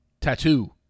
Tattoo